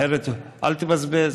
אחרת, אל תבזבז.